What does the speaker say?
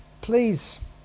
please